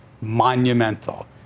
monumental